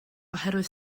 oherwydd